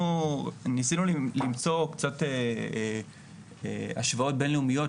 אנחנו ניסינו למצוא קצת השוואות בינלאומיות,